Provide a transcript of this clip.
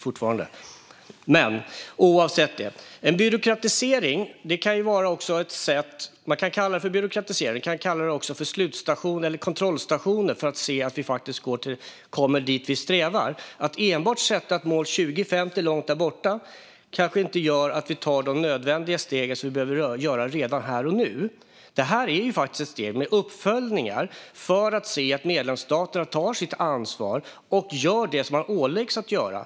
Man kan kalla det byråkratisering, men man kan också kalla det kontrollstationer för att se att vi faktiskt kommer dit vi strävar. Att enbart sätta upp ett mål till 2050, långt där borta, kanske inte gör att vi tar de nödvändiga steg som vi behöver ta redan här och nu. Det här är faktiskt ett system med uppföljningar för att se att medlemsstaterna tar sitt ansvar och gör det de åläggs att göra.